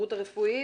מההסתדרות הרפואית,